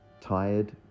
Tired